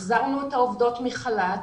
החזרנו את העובדים מחל"ת